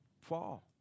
fall